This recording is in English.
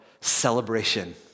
celebration